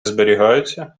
зберігаються